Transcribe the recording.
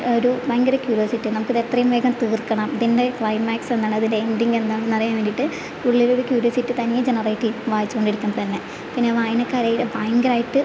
ഒരു ഭയങ്കര ക്യൂര്യോസിറ്റിയാണ് നമുക്കിതെത്രയും വേഗം തീർക്കണം ഇതിൻ്റെ ക്ലൈമാക്സ് എന്താണ് ഇതിൻ്റെ എൻഡിങ്ങ് എന്താണ് എന്നറിയാൻ വേണ്ടിയിട്ട് ഉള്ളിലൊരു ക്യൂര്യോസിറ്റി തനിയെ ജനറേറ്റ് ചെയ്യും വായിച്ചുകൊണ്ടിരിക്കുമ്പോൾ തന്നെ പിന്നെ വായനക്കാരെ ഭയങ്കരായിട്ട്